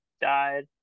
died